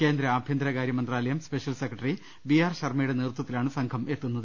കേന്ദ്ര ആഭ്യന്തരകാര്യ മന്ത്രാലയം സ്പെഷ്യൽ സെക്രട്ടറി ബി ആർ ശർമയുടെ നേതൃത്വത്തിലാണ് സംഘം എത്തുന്നത്